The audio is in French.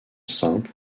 simple